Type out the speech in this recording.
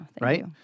Right